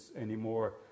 anymore